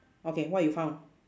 okay what you found